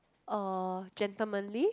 uh gentlemanly